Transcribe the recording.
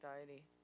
anxiety